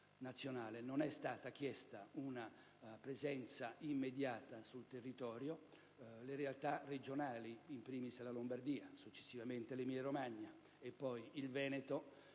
non è stata chiesta una presenza immediata sul territorio. Le realtà regionali, *in primis* la Lombardia, successivamente l'Emilia-Romagna e poi il Veneto,